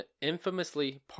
infamously